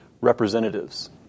representatives